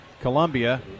Columbia